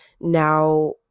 now